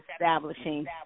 establishing